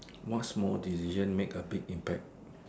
what small decision make a big impact